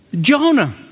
Jonah